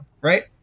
right